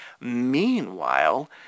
Meanwhile